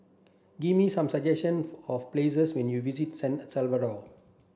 give me some suggestion of places when you visit San Salvador